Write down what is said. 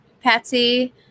patsy